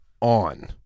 on